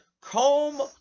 comb